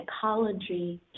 psychology